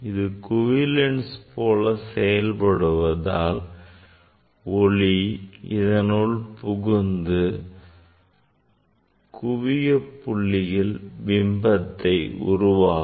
இது குவி லென்ஸ் போல செயல்படுவதால் ஒளி இதனுள் புகுந்து குவிய புள்ளியில் பிம்பத்தை உருவாக்கும்